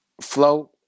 Float